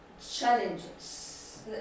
challenges